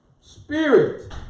Spirit